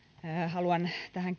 haluan tähän